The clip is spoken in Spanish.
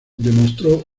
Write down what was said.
demostró